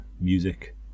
Music